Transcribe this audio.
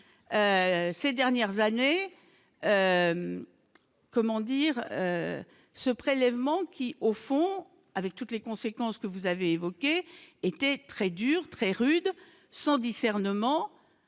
ces dernières années, comment dire, ce prélèvement qui, au fond, avec toutes les conséquences que vous avez évoqué était très dur, très rude, sans discernement,